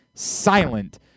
silent